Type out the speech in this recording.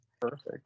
perfect